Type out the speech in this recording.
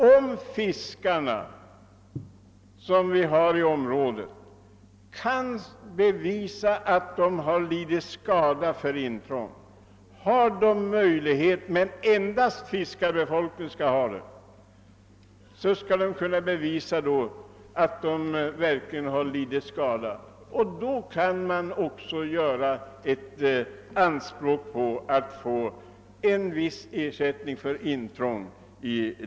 Om fiskarna — men endast de — i området kan bevisa att de har lidit skada för intrång skall de kunna göra anspråk på att få en viss ersättning härför.